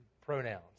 pronouns